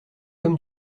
comme